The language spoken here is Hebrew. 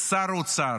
כשר אוצר